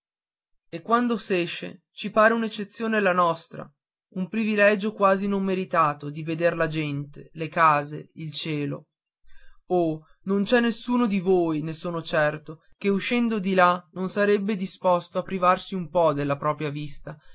e quando s'esce ci pare un'eccezione la nostra un privilegio quasi non meritato di veder la gente le case il cielo oh non c'è nessuno di voi ne son certo che uscendo di là non sarebbe disposto a privarsi d'un po della propria vista